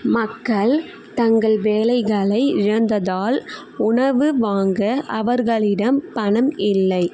மக்கள் தங்கள் வேலைகளை இழந்ததால் உணவு வாங்க அவர்களிடம் பணம் இல்லை